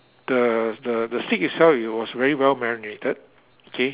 the the the steak itself it was very well marinated okay